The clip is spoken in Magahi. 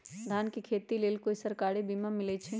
धान के खेती के लेल कोइ सरकारी बीमा मलैछई?